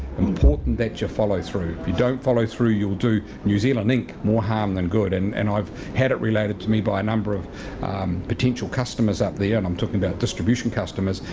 important that you follow through. if you don't follow through, you'll do new zealand inc more harm than good. and and i've had it related to me by a number of potential customers up there, and i'm talking about distribution customers,